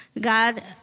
God